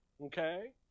okay